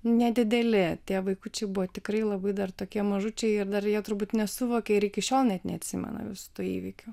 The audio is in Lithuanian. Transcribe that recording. nedideli tie vaikučiai buvo tikrai labai dar tokie mažučiai ir dar jie turbūt nesuvokė ir iki šiol net neatsimena visų tų įvykių